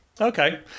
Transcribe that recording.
Okay